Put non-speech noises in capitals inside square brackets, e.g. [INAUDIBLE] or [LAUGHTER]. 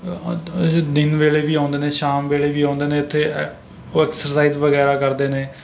[UNINTELLIGIBLE] ਦਿਨ ਵੇਲੇ ਵੀ ਆਉਂਦੇ ਨੇ ਸ਼ਾਮ ਵੇਲੇ ਵੀ ਆਉਂਦੇ ਨੇ ਇੱਥੇ ਐ ਉਹ ਐਕਸਰਸਾਈਜ ਵਗੈਰਾ ਕਰਦੇ ਨੇ